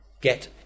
get